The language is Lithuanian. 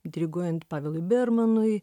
diriguojant pavelui bermanui